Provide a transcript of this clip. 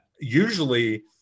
usually